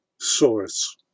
source